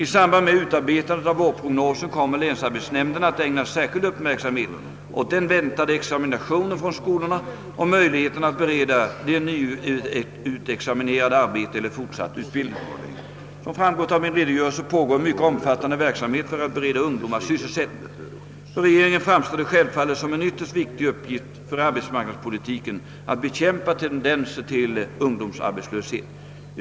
I samband med utarbetandet av vårprognosen kommer länsarbetsnämnderna att ägna särskild uppmärksamhet åt den väntade examinationen från skolorna och möjligheterna att bereda de nyutexaminerade arbete eller fortsatt utbildning. Som framgått av min redogörelse pågår en mycket omfattande verksamhet för att bereda ungdomar sysselsättning. För regeringen framstår det självfallet som en ytterst viktig uppgift för arbetsmarknadspolitiken att bekämpa tendenser till ungdomsarbetslöshet.